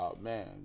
Man